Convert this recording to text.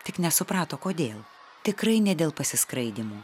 tik nesuprato kodėl tikrai ne dėl pasiskraidymo